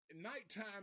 nighttime